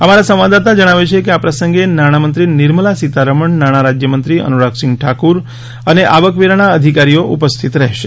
અમારા સંવાદદાતા જણાવે છે કે આ પ્રસંગે નાણામંત્રી નિર્મલા સીતારમણ નાણાં રાજ્યમંત્રી અનુરાગસિંહ ઠાકુર અને આવકવેરાના અધિકારીઓ ઉપસ્થિત રહેશે